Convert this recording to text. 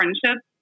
friendship